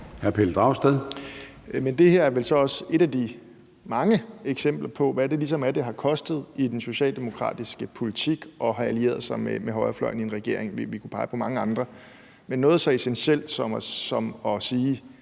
Pelle Dragsted (EL): Det her er vel så også et af de mange eksempler på, hvad det ligesom er, det har kostet i den socialdemokratiske politik at have allieret sig med højrefløjen i en regering, og vi kunne pege på mange andre, men her drejer det sig om noget